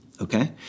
okay